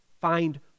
find